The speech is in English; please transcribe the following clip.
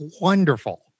wonderful